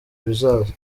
bizaza